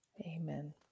Amen